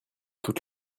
toute